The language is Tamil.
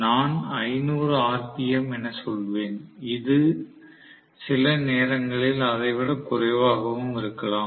நான் 500 ஆர்பிஎம் என சொல்வேன் அது சில நேரங்களில் அதைவிட குறைவாகவும் இருக்கலாம்